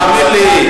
תאמין לי.